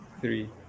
three